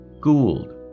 Gould